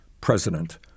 president